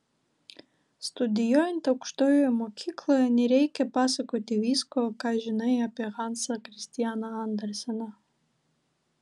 studijuojant aukštojoje mokykloje nereikia pasakoti visko ką žinai apie hansą kristianą anderseną